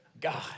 God